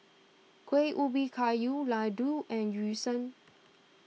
Kueh Ubi Kayu Laddu and Yu Sheng